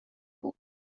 بود